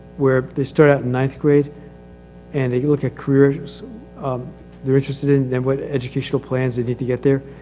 where they start out in ninth grade and they look at careers they're interested in and what educational plans they need to get there.